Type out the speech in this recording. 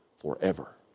forever